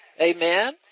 Amen